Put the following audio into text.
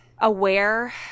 aware